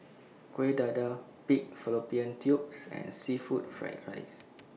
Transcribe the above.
Kuih Dadar Pig Fallopian Tubes and Seafood Fried Rice